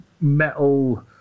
metal